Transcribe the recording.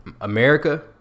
America